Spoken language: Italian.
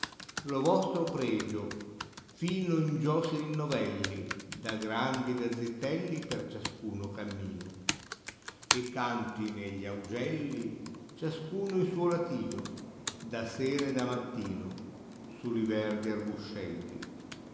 lo vostro pregio fino in gio sì rinnovelli da grandi e da zitelli per ciascuno cammino e cantine gli augelli giasciino in suo latino da sera e da mattino sa li verdi arbuscelli